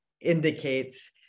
indicates